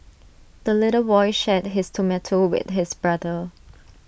the little boy shared his tomato with his brother